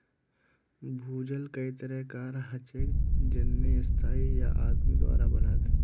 भूजल कई तरह कार हछेक जेन्ने स्थाई या आदमी द्वारा बनाल